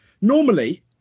Normally